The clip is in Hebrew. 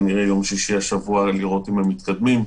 כנראה ביום שישי השבוע כדי לראות אם הם מתקדמים.